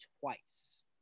twice